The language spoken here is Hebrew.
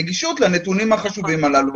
נגישות לנתונים החשובים הללו.